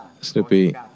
Snoopy